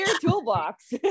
toolbox